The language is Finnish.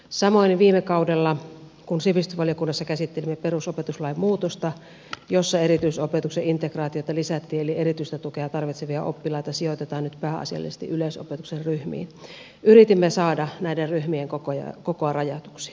samoin viime kaudella kun sivistysvaliokunnassa käsittelimme perusopetuslain muutosta jossa erityisopetuksen integraatiota lisättiin eli erityistä tukea tarvitsevia oppilaita sijoitetaan nyt pääasiallisesti yleisopetuksen ryhmiin yritimme saada näiden ryhmien kokoa rajatuksi